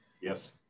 Yes